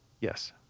Yes